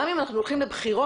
גם אם אנחנו הולכים לבחירות,